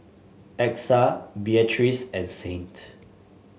Exa Beatriz and Saint